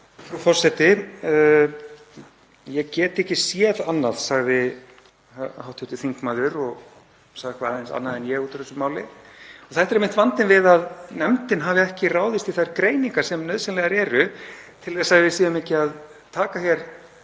Frú forseti. Ég get ekki séð annað, sagði hv. þingmaður og sá eitthvað annað en ég út úr þessu máli. Þetta er einmitt vandinn við að nefndin hafi ekki ráðist í þær greiningar sem nauðsynlegar eru, til þess að við séum ekki að taka